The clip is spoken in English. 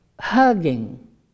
hugging